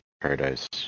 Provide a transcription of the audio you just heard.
Paradise